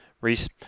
reese